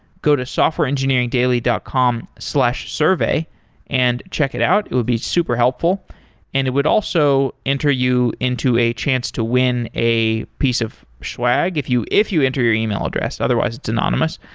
go to softwareengineeringdaily dot com slash survey and check it out. it would be super helpful and it would also enter you into a chance to win a piece of schwag if you if you enter your email address, otherwise it's anonymous,